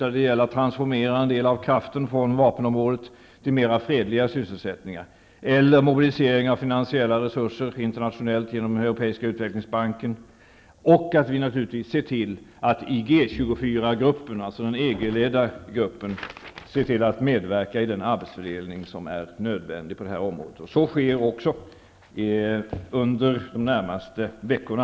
Där handlar det om att transformera en del av kraften från vapenområdet till mera fredliga sysselsättningar. Det kan gälla mobilisering av finansiella resurser internationellt genom Europeiska utvecklingsbanken. Vi skall naturligtvis också se till att i G24-gruppen, alltså den EG-ledda gruppen, medverka i den arbetsfördelning som är nödvändig på detta område. Så sker för övrigt också under de närmaste veckorna.